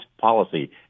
policy